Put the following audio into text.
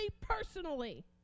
personally